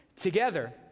together